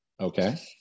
Okay